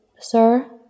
sir